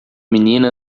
menina